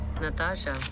Natasha